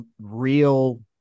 real